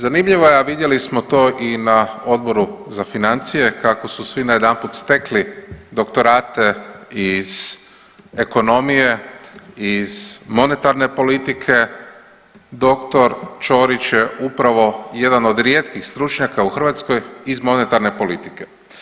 Zanimljivo je, a vidjeli smo to i na Odboru za financije kako su svi najedanput stekli doktorate iz ekonomije, iz monetarne politike, dr. Čorić je upravo jedan od rijetkih stručnjaka u Hrvatskoj iz monetarne politike.